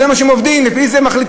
כך הם עובדים, לפי זה הם מחליטים.